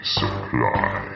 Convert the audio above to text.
supply